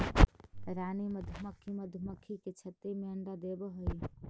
रानी मधुमक्खी मधुमक्खी के छत्ते में अंडा देवअ हई